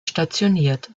stationiert